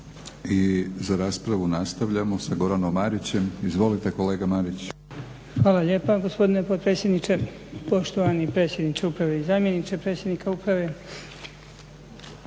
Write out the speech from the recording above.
za raspravu nastavljamo sa Goranom Marićem. Izvolite kolega Marić. **Marić, Goran (HDZ)** Hvala lijepa gospodine potpredsjedniče. Poštovani predsjedniče uprave i zamjeniče predsjednika uprave.